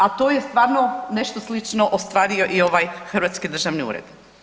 A to je stvarno nešto slično ostvario i ovaj hrvatski državni ured.